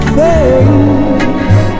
face